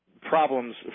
problems